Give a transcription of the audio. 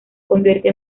convierte